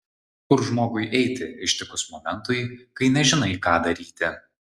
kur žmogui eiti ištikus momentui kai nežinai ką daryti